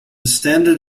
standard